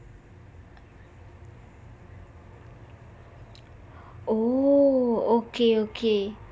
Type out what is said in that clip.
oh okay okay